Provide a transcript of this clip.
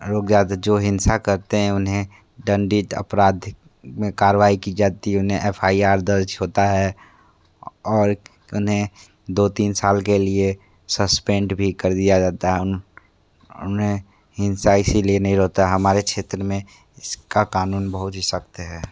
लोग ज़्यादा जो हिंसा करते हैं उन्हें दंडित अपराधिक में कारवाई की जाती उन्हें एफ आई आर दर्ज होता है और उन्हें दो तीन साल के लिए सस्पेंड भी कर दिया जाता है उन्हें हिंसा इसलिए नहीं होता हमारे क्षेत्र में इसका कानून बहुत ही सख़्त है